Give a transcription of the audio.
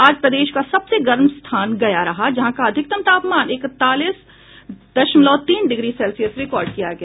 आज प्रदेश का सबसे गर्म स्थान गया रहा जहां का अधिकतम तापमान इकतालीस दशमलव तीन डिग्री सेल्सियस रिकॉर्ड किया गया